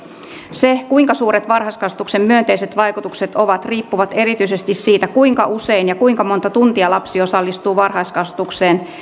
se kuinka suuret varhaiskasvatuksen myönteiset vaikutukset ovat riippuu erityisesti siitä kuinka usein ja kuinka monta tuntia lapsi osallistuu varhaiskasvatukseen